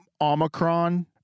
Omicron